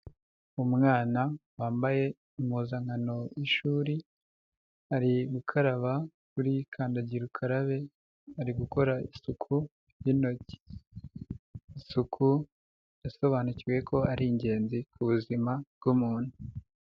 umwana wambaye impuzankano y'ishuri, ari gukaraba kuri kandagirakarabe ari gukora isuku y'intoki, isuku yasobanukiwe ko ari ingenzi ku buzima bw'umuntu.